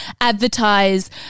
advertise